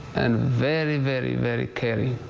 and very, very, very caring.